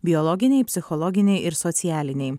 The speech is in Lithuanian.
biologiniai psichologiniai ir socialiniai